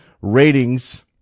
ratings